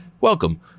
Welcome